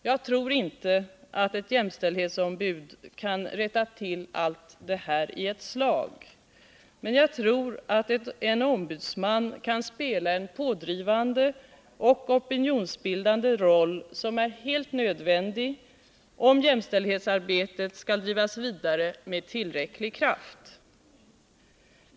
Jag tror inte att ett jämställdhetsombud kan rätta till allt det här i ett slag. Men jag tror att en ombudsman kan spela en pådrivande och opinionsbildande roll som är helt nödvändig om jämställdhetsarbetet skall drivas vidare med tillräcklig kraft.